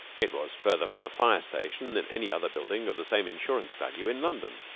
it was further from a fire-station than any other building of the same insurance value in london,